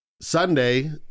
Sunday